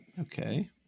Okay